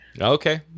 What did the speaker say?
Okay